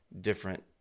different